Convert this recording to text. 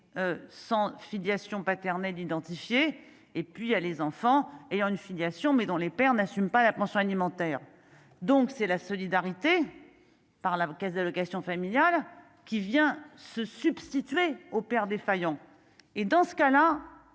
sans filiation paternelle identifiée et puis a les enfants ayant une filiation mais dont les pères n'assume pas la pension alimentaire, donc c'est la solidarité par la Caisse d'allocations familiales qui vient se substituer aux pères défaillants et dans ce cas-là,